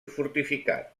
fortificat